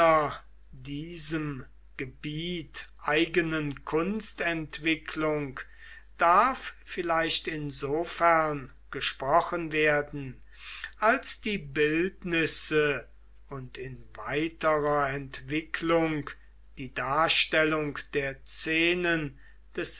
diesem gebiet eigenen kunstentwicklung darf vielleicht insofern gesprochen werden als die bildnisse und in weiterer entwicklung die darstellung der szenen des